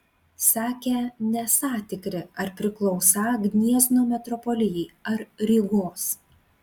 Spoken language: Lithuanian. sakę nesą tikri ar priklausą gniezno metropolijai ar rygos